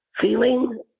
feeling